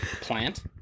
plant